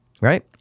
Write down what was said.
Right